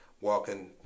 walking